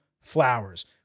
flowers